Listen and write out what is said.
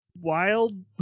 wild